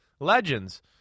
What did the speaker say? Legends